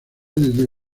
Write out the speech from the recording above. desde